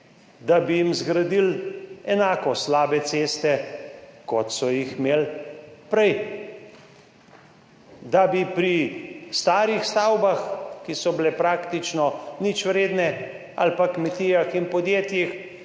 da bi jim zgradili enako slabe ceste, kot so jih imeli prej, da bi pri starih stavbah, ki praktično niso bile vredne nič, ali pa kmetijah in podjetjih